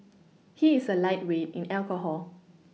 he is a lightweight in alcohol